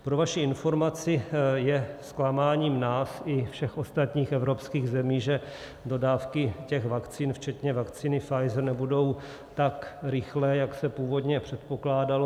Pro vaši informaci, je zklamáním nás i všech ostatních evropských zemí, že dodávky těch vakcín, včetně vakcíny Pfizer, nebudou tak rychlé, jak se původně předpokládalo.